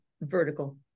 vertical